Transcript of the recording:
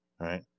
right